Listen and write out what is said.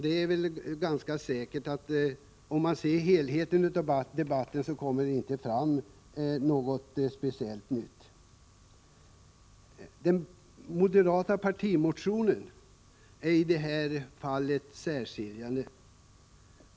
Det är väl rätt säkert att om man ser på helheten i debatten, kommer det inte fram något speciellt nytt. Den moderata partimotionen är i det här fallet särskiljande.